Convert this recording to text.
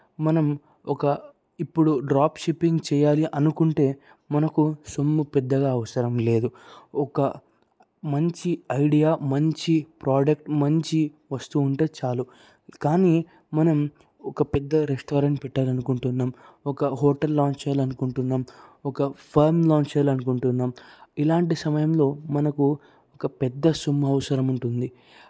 మనం ఒక ఇప్పుడు డ్రాప్ షిప్పింగ్ చేయాలి అనుకుంటే మనకు సొమ్ము పెద్దగా అవసరం లేదు ఒక మంచి ఐడియా మంచి ప్రోడక్ట్ మంచి వస్తువు ఉంటే చాలు కానీ మనం ఒక పెద్ద రెస్టారెంట్ పెట్టాలనుకుంటున్నాం ఒక హోటల్ లాంచ్ చేయాలనుకుంటున్నాం ఒక ఫర్మ్ లాంచ్ చేయాలి అనుకుంటున్నాం ఇలాంటి సమయంలో మనకు ఒక పెద్ద సొమ్ము అవసరం ఉంటుంది